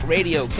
Radio